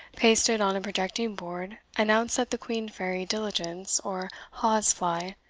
pasted on a projecting board, announced that the queensferry diligence, or hawes fly,